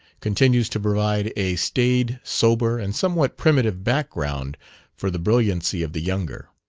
continues to provide a staid, sober, and somewhat primitive background for the brilliancy of the younger.